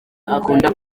akunda